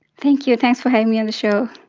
thank you, thanks for having me on the show.